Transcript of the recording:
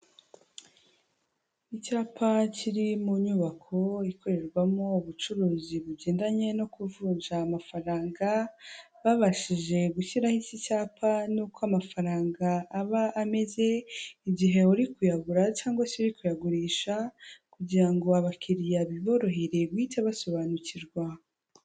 Icyapa kiri mu nyubako ikorerwamo ubucuruzi bugendanye no kuvunja amafaranga, babashije gushyiraho iki cyapa n'uko amafaranga aba ameze igihe uri kuyagura cyangwa se uri kuyagurisha, kugira ngo abakiriya biborohere guhite basobanukirwa.